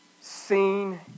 seen